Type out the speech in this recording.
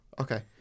Okay